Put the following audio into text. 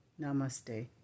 Namaste